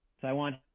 Taiwan